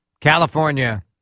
California